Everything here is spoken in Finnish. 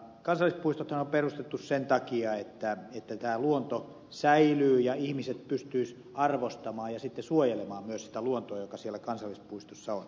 kansallispuistothan on perustettu sen takia että tämä luonto säilyy ja ihmiset pystyisivät arvostamaan ja sitten suojelemaan myös sitä luontoa joka siellä kansallispuistossa on